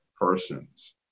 persons